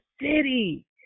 city